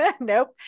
Nope